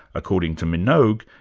according to minogue,